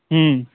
हँ